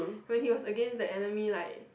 when he was against the enemy like